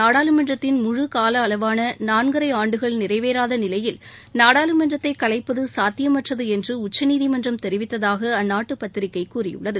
நாடாளுமன்றத்தின் முழு கால அளவாள நான்கரை ஆண்டுகள் நிறைவேறாத நிவையில் நாடாளுமன்றத்தை கலைப்பது சாத்தியமற்றது என்று உச்சநீதிமன்றம் தெரிவித்தாக அந்நாட்டு பத்திரிகை கூறியுள்ளது